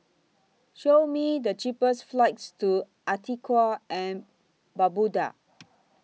Show Me The cheapest flights to Antigua and Barbuda